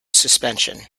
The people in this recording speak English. suspension